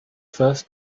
first